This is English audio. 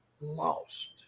lost